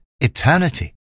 eternity